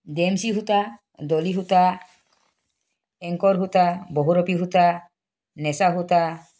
ডেম্চি সূতা ডলী সূতা এঙ্কৰ সূতা বহুৰূপী সূতা নেচা সূতা